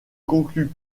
conclue